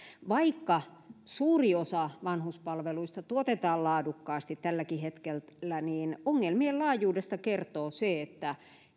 vaikka suuri osa vanhuspalveluista tuotetaan laadukkaasti tälläkin hetkellä niin ongelmien laajuudesta kertoo se että